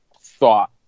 thought